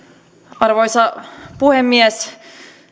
arvoisa puhemies